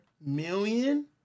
million